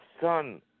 Son